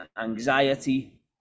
anxiety